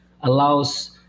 allows